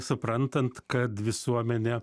suprantant kad visuomenė